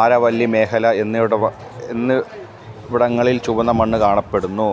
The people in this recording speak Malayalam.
ആരവല്ലി മേഖല എന്ന് വിടങ്ങളിൽ ചുവന്ന മണ്ണ് കാണപ്പെടുന്നു